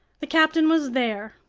the captain was there.